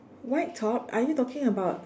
white top are you talking about